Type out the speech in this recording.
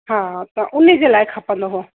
हा त उन जे लाइ खपंदो हो